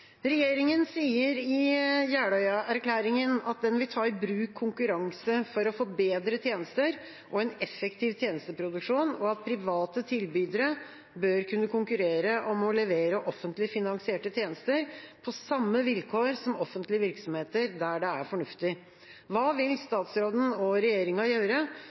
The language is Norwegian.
en effektiv tjenesteproduksjon, og at private tilbydere bør kunne konkurrere om å levere offentlig finansierte tjenester på samme vilkår som offentlige virksomheter der det er fornuftig. Hva vil statsråden og regjeringa gjøre